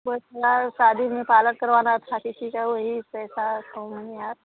बस यार शादी में पार्लर करवाना अच्छा सा इसी का वही पैसा है तो नहीं यार